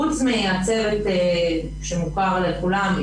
חוץ מהצוות שמוכר לכולם,